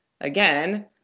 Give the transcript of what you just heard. again